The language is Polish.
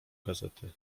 gazety